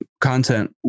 content